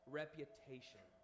reputation